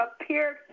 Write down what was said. appeared